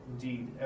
Indeed